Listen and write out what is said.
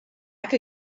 could